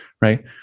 right